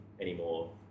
anymore